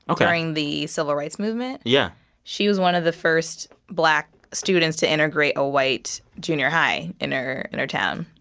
ok. during the civil rights movement yeah she was one of the first black students to integrate a white junior high in her in her town.